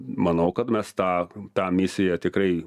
manau kad mes tą tą misiją tikrai